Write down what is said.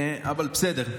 אבל בסדר,